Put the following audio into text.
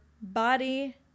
body